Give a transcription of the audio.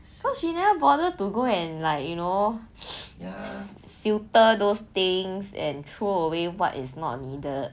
cause she never bother to go and like you know ya filter those things and throw away what is not needed